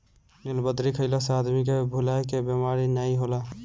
नीलबदरी खइला से आदमी के भुलाए के बेमारी नाइ होला